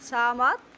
सहमत